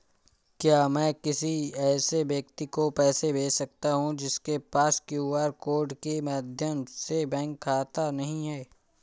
क्या मैं किसी ऐसे व्यक्ति को पैसे भेज सकता हूँ जिसके पास क्यू.आर कोड के माध्यम से बैंक खाता नहीं है?